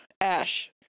Ash